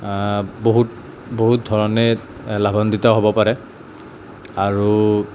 বহুত বহুত ধৰণে লাভান্বিত হ'ব পাৰে আৰু